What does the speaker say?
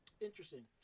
Interesting